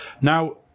Now